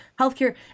healthcare